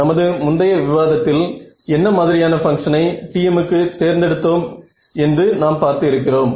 நமது முந்தைய விவாதத்தில் என்ன மாதிரியான பங்க்ஷனை Tm க்கு தேர்ந்தெடுத்தோம் என்று நாம் பார்த்து இருக்கிறோம்